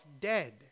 dead